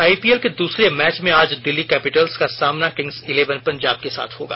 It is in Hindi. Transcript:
आइपीएल के दूसरे मैच में आज दिल्ली कैपिटल्स का सामना किंग्स इलेवन पंजाब के साथ होगा